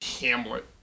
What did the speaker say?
Hamlet